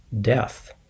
death